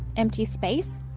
empty space,